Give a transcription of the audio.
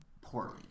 poorly